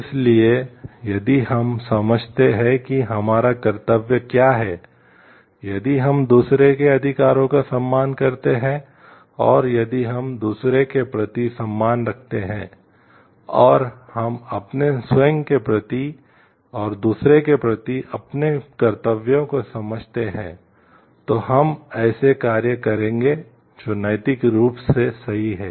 इसलिए यदि हम समझते हैं कि हमारा कर्तव्य क्या है यदि हम दूसरों के अधिकारों का सम्मान करते हैं और यदि हम दूसरों के प्रति सम्मान रखते हैं और हम अपने स्वयं के प्रति और दूसरों के प्रति अपने कर्तव्यों को समझते हैं तो हम ऐसे कार्य करेंगे जो नैतिक रूप से सही हैं